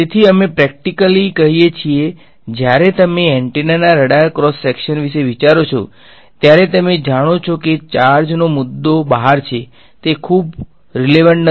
તેથી અમે પ્રેક્ટીકલી કહીએ છીએ જ્યારે તમે એન્ટેનાના રડાર ક્રોસ સેક્શન વિશે વિચારો છો ત્યારે તમે જાણો છો કે ચાર્જનો મુદ્દો બહાર છે તે ખૂબ રીલેવંટ નથી